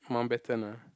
Mountbatten ah